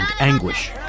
anguish